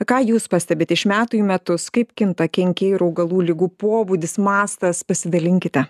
ką jūs pastebite iš metų metus kaip kinta kenkėjų ir augalų ligų pobūdis mastas pasidalinkite